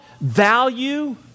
value